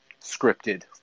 scripted